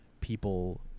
people